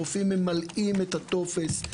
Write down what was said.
הרופאים ממלאים את הטופס.